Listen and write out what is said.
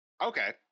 Okay